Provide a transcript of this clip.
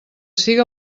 siga